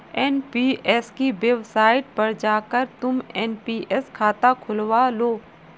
NPS की website पर जाकर तुम एन.पी.एस खाता खुलवा लो